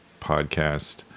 Podcast